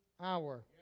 hour